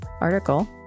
article